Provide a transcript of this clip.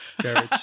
garage